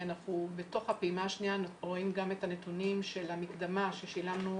אנחנו בתוך הפעימה השניה רואים גם את הנתונים של המקדמה ששילמנו